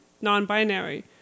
non-binary